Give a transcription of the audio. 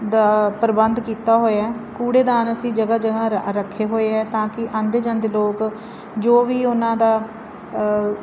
ਦਾ ਪ੍ਰਬੰਧ ਕੀਤਾ ਹੋਇਆ ਕੂੜੇਦਾਨ ਅਸੀਂ ਜਗ੍ਹਾ ਜਗ੍ਹਾ ਰ ਰੱਖੇ ਹੋਏ ਹੈ ਤਾਂ ਕਿ ਆਉਂਦੇ ਜਾਂਦੇ ਲੋਕ ਜੋ ਵੀ ਉਹਨਾਂ ਦਾ